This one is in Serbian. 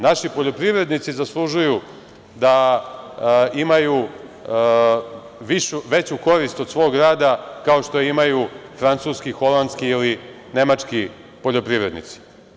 Naši poljoprivrednici zaslužuju da imaju veću korist od svog rada, kao što imaju francuski, holandski ili nemački poljoprivrednici.